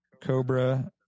Cobra